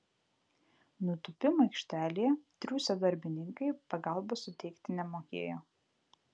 nutūpimo aikštelėje triūsę darbininkai pagalbos suteikti nemokėjo